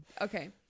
okay